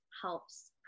helps